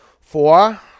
Four